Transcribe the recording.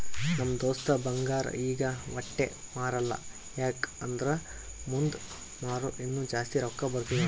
ನಮ್ ದೋಸ್ತ ಬಂಗಾರ್ ಈಗ ವಟ್ಟೆ ಮಾರಲ್ಲ ಯಾಕ್ ಅಂದುರ್ ಮುಂದ್ ಮಾರೂರ ಇನ್ನಾ ಜಾಸ್ತಿ ರೊಕ್ಕಾ ಬರ್ತುದ್ ಅಂತಾನ್